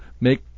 make